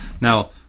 Now